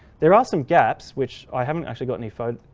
there are some gaps which i haven't actually got any phone,